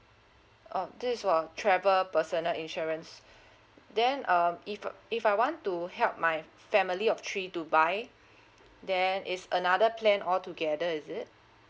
oh this is for travel personal insurance then um if uh if I want to help my family of three to buy then it's another plan altogether is it